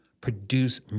produce